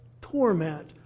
torment